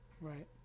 Right